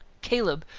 caleb!